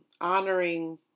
honoring